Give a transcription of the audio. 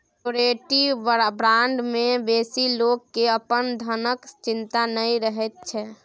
surety bond मे बेसी लोक केँ अपन धनक चिंता नहि रहैत छै